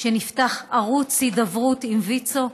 שנפתח ערוץ הידברות עם ויצ"ו.